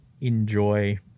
enjoy